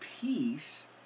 peace